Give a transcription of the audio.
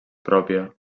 pròpia